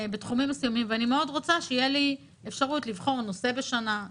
הייתי רוצה שתהיה לי אפשרות לבחור נושא בשנה,